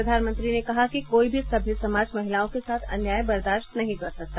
प्रधानमंत्री ने कहा कि कोई भी सभ्य समाज महिलाओं के साथ अन्याय बर्दाश्त नहीं कर सकता